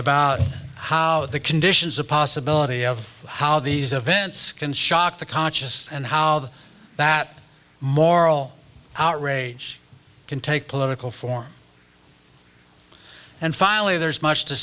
about how the conditions a possibility of how these events can shock the conscious and how that moral outrage can take political form and finally there's much to